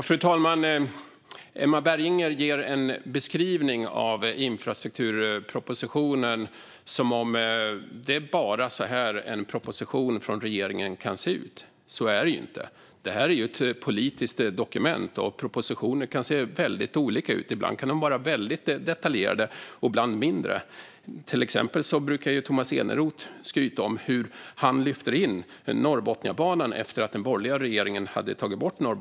Fru talman! Emma Berginger ger en beskrivning av infrastrukturpropositionen som om det bara vore så här en proposition från regeringen kan se ut. Så är det ju inte. Det här är ett politiskt dokument. Propositioner kan se väldigt olika ut. Ibland kan de vara väldigt detaljerade, ibland mindre. Till exempel brukar ju Tomas Eneroth skryta om hur han lyfter in Norrbotniabanan efter att den borgerliga regeringen tagit bort den.